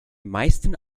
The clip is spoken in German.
meisten